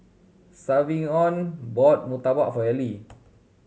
Savion bought murtabak for Ally